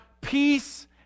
peace